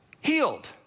healed